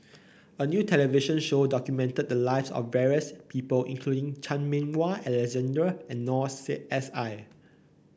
a new television show documented the lives of various people including Chan Meng Wah Alexander and Noor S I